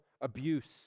abuse